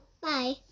Bye